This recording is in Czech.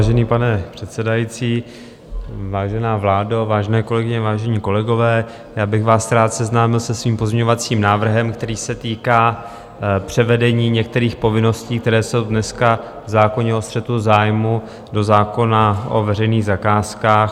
Vážený pane předsedající, vážená vládo, vážené kolegyně, vážení kolegové, rád bych vás seznámil se svým pozměňovacím návrhem, který se týká převedení některých povinností, které jsou dneska v zákoně o střetu zájmů, do zákona o veřejných zakázkách.